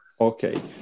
Okay